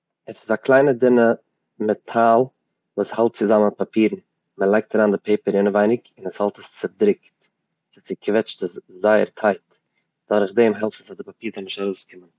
עס איז א קליינע דינע מעטאל וואס האלט צוזאמען פאפירן. מען לייגט אריין די פעפער אינעווייניג און עס האלט עס צודריקט, ס'צוקוועטשט עס זייער טייט, דורכדעם העלפט עס אז די פאפיר זאל נישט ארויסקומען.